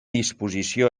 disposició